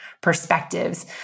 perspectives